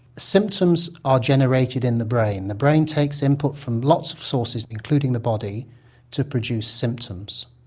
symptoms are generated in the brain the brain takes input from lots of sources including the body to produce symptoms.